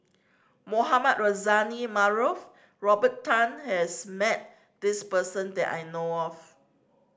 Mohamed Rozani Maarof Robert Tan has met this person that I know of